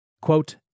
quote